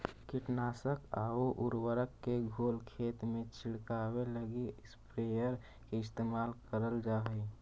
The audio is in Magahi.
कीटनाशक आउ उर्वरक के घोल खेत में छिड़ऽके लगी स्प्रेयर के इस्तेमाल करल जा हई